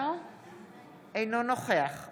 ולכן הגשתי את הצעת החוק הזאת,